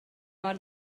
mor